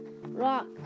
Rock